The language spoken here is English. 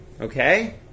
okay